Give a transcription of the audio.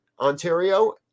Ontario